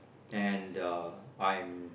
and the I'm